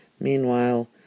Meanwhile